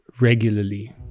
regularly